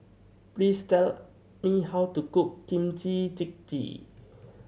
please tell me how to cook Kimchi Jjigae